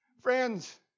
Friends